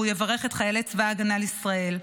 הוא מברך את חיילי צבא ההגנה לישראל,